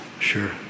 Sure